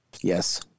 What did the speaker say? Yes